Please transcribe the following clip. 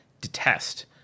detest